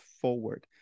forward